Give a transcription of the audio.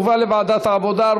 לוועדת העבודה,